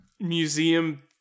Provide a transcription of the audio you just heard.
museum